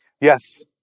Yes